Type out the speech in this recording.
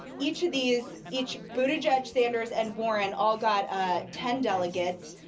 each of these, each buttigieg, sanders and warren all got ah ten delegates,